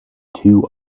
two